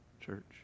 church